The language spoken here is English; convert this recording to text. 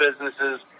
businesses